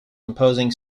imposing